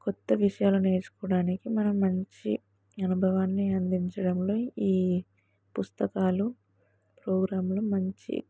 కొత్త విషయాలు నేర్చుకోవడానికి మనం మంచి అనుభవాన్ని అందించడంలో ఈ పుస్తకాలు ప్రోగ్రాంలు మంచి